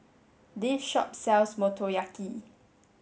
this shop sells Motoyaki